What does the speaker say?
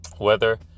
weather